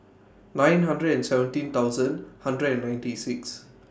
nine hundred and seventeen thousand hundred and ninety six